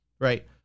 right